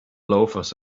loafers